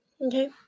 okay